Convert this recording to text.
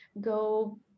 go